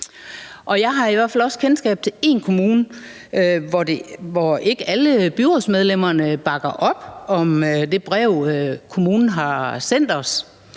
også kendskab til en kommune, hvor ikke alle byrådsmedlemmerne bakker op om det brev, som kommunen har sendt os,